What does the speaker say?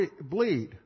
bleed